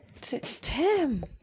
Tim